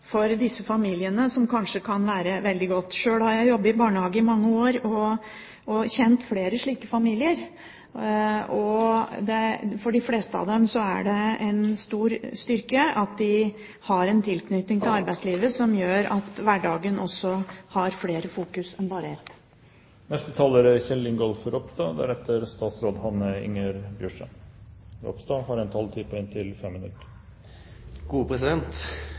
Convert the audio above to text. disse familiene, som kanskje kan være veldig godt. Sjøl har jeg jobbet i barnehage i mange år og kjent flere slike familier. For de fleste av dem er det en stor styrke at de har en tilknytning til arbeidslivet som gjør at hverdagen har flere fokus enn bare ett. Først vil eg berre seie at det var eit veldig godt innlegg av representanten Andersen, som eg kan stille meg mykje bak. Det var mange gode